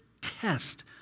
test